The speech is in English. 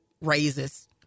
raises